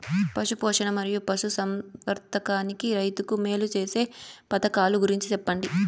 పశు పోషణ మరియు పశు సంవర్థకానికి రైతుకు మేలు సేసే పథకాలు గురించి చెప్పండి?